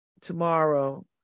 tomorrow